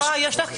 יש לך חידוש.